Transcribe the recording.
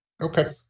Okay